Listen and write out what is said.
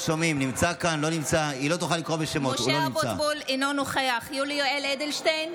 אינו נוכח יולי יואל אדלשטיין,